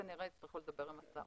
כנראה יצטרכו לדבר עם השר.